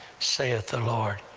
saith the lord